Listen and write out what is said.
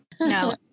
No